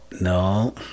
no